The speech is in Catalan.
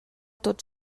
tot